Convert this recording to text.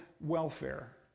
welfare